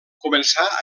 començà